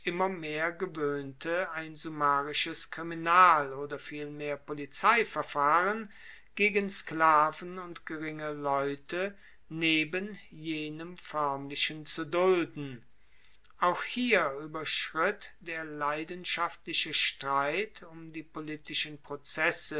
immer mehr gewoehnte ein summarisches kriminal oder vielmehr polizeiverfahren gegen sklaven und geringe leute neben jenem foermlichen zu dulden auch hier ueberschritt der leidenschaftliche streit um die politischen prozesse